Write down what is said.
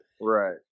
right